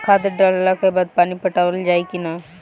खाद डलला के बाद पानी पाटावाल जाई कि न?